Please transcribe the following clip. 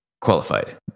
qualified